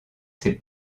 ses